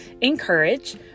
encourage